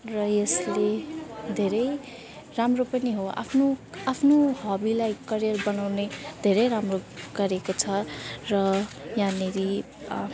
र यसले धेरै राम्रो पनि हो आफ्नो आफ्नो हबीलाई करियर बनाउने धेरै राम्रो गरेको छ र यहाँनिर